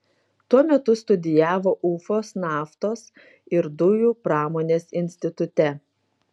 tuo metu studijavo ufos naftos ir dujų pramonės institute